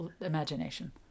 imagination